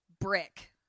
brick